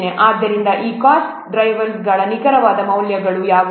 ಆದ್ದರಿಂದ ಈ ಕಾಸ್ಟ್ ಡ್ರೈವರ್ರಿಗೆ ನಿಖರವಾದ ಮೌಲ್ಯಗಳು ಯಾವುವು